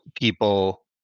people